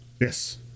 Yes